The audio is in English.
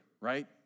right